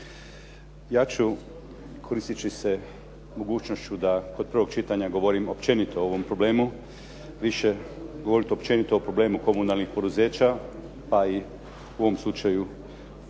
Ja ću koristeći se mogućnošću da kod prvog čitanja govorim općenito o ovom problemu, više govoriti općenito o problemu komunalnih poduzeća, pa i u ovom slučaju kada